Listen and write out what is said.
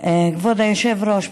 כבוד היושב-ראש.